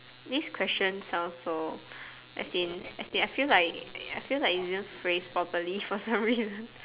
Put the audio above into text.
this question sounds so as in as in I feel like I feel like it didn't phrase properly for some reason